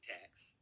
tax